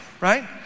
right